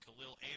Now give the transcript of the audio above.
Khalil